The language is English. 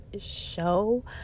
show